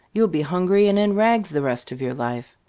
you'll be hungry and in rags the rest of your life!